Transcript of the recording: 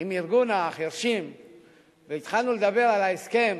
עם ארגון החירשים והתחלנו לדבר על ההסכם,